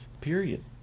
Period